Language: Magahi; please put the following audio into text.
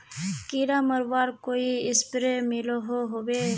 कीड़ा मरवार कोई स्प्रे मिलोहो होबे?